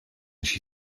she